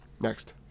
Next